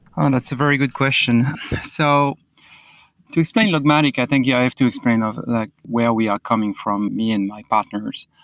um that's a very good question so to explain logmatic, i think yeah i have to explain like where we are coming from, me and my partners.